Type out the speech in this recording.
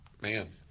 man